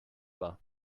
war